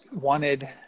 wanted